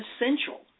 essential